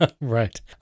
right